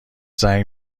زنگ